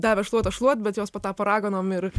davė šluotą šluoti bet jos patapo raganom ir